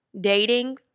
dating